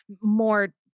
more